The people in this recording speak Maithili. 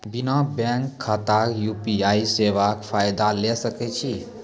बिना बैंक खाताक यु.पी.आई सेवाक फायदा ले सकै छी?